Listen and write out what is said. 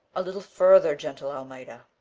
a little further, gentle almeda.